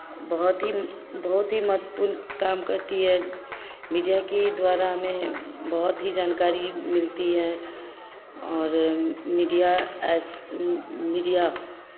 बहुत ही बहुत ही महत्वपूर्ण काम करती है मीडिया के द्वारा हमें बहुत ही जानकारी मिलती हैं और मीडिया अच् मीडिया